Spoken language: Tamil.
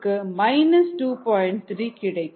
3 கிடைக்கும்